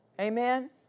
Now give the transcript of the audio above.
Amen